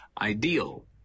ideal